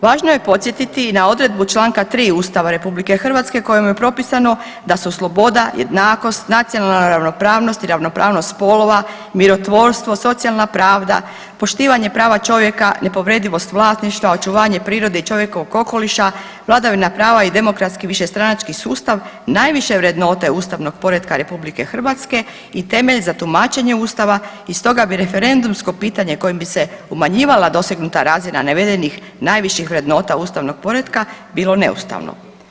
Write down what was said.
Važno je podsjetiti i na odredbu čl. 3. Ustava RH kojom je propisano da su sloboda, jednakost, nacionalna ravnopravnost i ravnopravnost spolova, mirotvorstvo, socijalna pravda, poštivanje prava čovjeka, neprovedivost vlasništva, očuvanje prirode i čovjekovog okoliša, vladavina prava i demokratski višestranački sustav najviše vrednote ustavnog poretka RH i temelj za tumačenje Ustava i stoga bi referendumsko pitanje kojim bi se umanjivala dosegnuta razina navedenih najviših vrednota ustavnog poretka bilo neustavno.